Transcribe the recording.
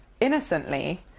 innocently